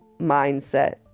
mindset